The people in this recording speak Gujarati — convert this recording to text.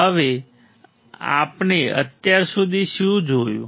હવે આપણે અત્યાર સુધી શું જોયું